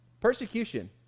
Persecution